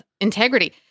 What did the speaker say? integrity